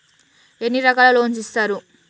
ఎన్ని రకాల లోన్స్ ఇస్తరు?